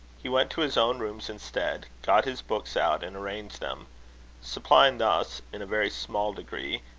he went to his own rooms instead got his books out and arranged them supplying thus, in a very small degree,